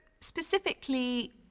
specifically